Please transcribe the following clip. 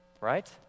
right